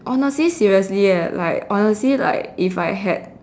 honestly seriously eh like honestly like if I had